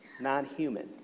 non-human